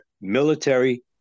military